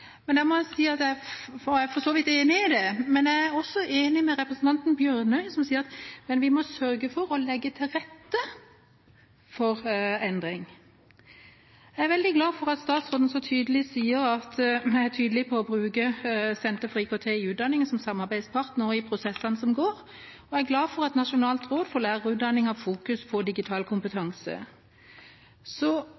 men jeg er også enig med representanten Bjørnø, som sier at vi må sørge for å legge til rette for endring. Jeg er veldig glad for at statsråden er så tydelig på å bruke Senter for IKT i utdanningen som samarbeidspartner i prosessene som pågår, og jeg er glad for at Nasjonalt råd for lærerutdanning har fokus på digital kompetanse.